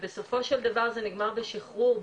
ובסופו של דבר זה נגמר בשחרור,